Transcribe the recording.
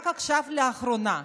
רק עכשיו, לאחרונה,